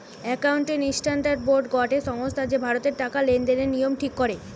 accounting standard board গটে সংস্থা যে ভারতের টাকা লেনদেনের নিয়ম ঠিক করে